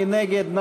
מי נגד?